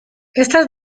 estas